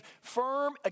firm